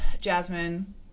jasmine